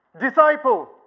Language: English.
Disciple